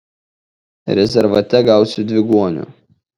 rezervate gausu dviguonių